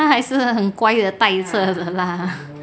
他还是很乖的带住的 lah